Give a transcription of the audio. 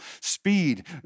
speed